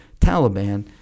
Taliban